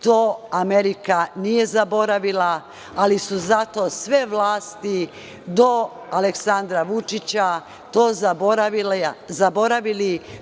To Amerika nije zaboravila, ali su zato sve vlasti do Aleksandra Vučića to zaboravile.